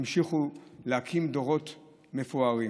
להקים דורות מפוארים.